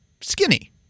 skinny